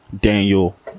Daniel